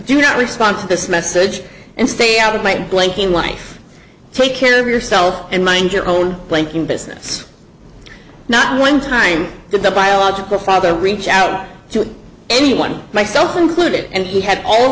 do not respond to this message and stay out of my blanking life take care of yourself and mind your own thinking business not one time the biological father reach out to anyone myself included and he had all